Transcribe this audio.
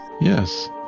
yes